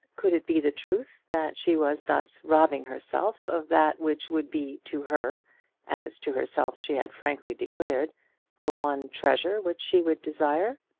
could it be the truth that she was thus robbing herself of that which would be to her as to herself she had frankly declared the one treasure which she would desire?